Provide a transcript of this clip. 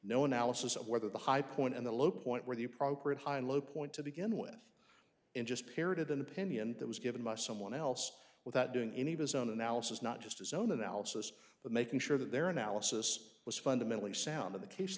of whether the high point and the low point where the appropriate high low point to begin with in just parroted an opinion that was given by someone else without doing any of his own analysis not just his own analysis but making sure that their analysis was fundamentally sound of the case